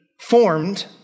formed